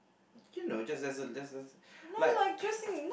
you know just as a just as a like